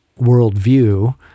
worldview